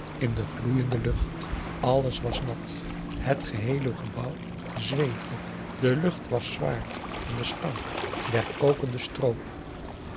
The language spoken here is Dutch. in de gloeiende lucht alles was nat het geheele augusta de wit orpheus in de dessa gebouw zweette de lucht was zwaar van den stank der kokende stroop